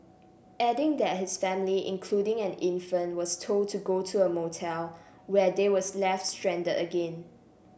adding that his family including an infant was told to go to a motel where they were left strand again